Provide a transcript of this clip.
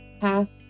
past